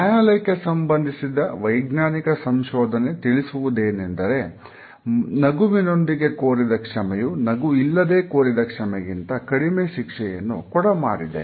ನ್ಯಾಯಾಲಯಕ್ಕೆ ಸಂಬಂಧಿಸಿದ ವೈಜ್ಞಾನಿಕ ಸಂಶೋಧನೆ ತಿಳಿಸುವುದೇನೆಂದರೆ ನಗುವಿನೊಂದಿಗೆ ಕೋರಿದ ಕ್ಷಮೆಯು ನಗು ಇಲ್ಲದೆ ಕೋರಿದ ಕ್ಷಮೆಗಿಂತ ಕಡಿಮೆ ಶಿಕ್ಷೆಯನ್ನು ಕೊಡ ಮಾಡಿದೆ